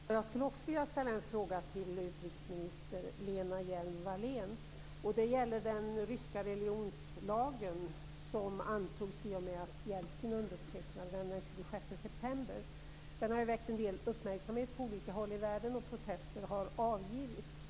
Herr talman! Också jag skulle vilja ställa en fråga till utrikesminister Lena Hjelm-Wallén. Det gäller den ryska religionslag som antogs i och med att Boris Lagen har väckt en del uppmärksamhet på olika håll i världen, och protester har avgivits.